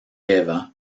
eva